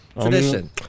tradition